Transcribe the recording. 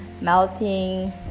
melting